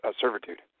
servitude